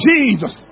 Jesus